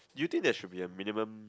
do you think there should be a minimum